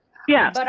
yeah, but